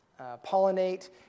pollinate